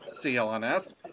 CLNS